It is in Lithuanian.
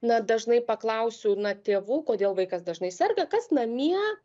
na dažnai paklausiu na tėvų kodėl vaikas dažnai serga kas namie